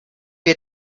wir